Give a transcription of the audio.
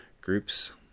groups